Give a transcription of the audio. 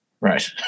Right